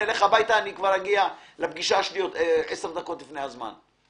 נלך הביתה ואגיע לפגישה שלי אפילו עשר דקות לפני הזמן.